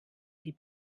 die